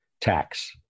tax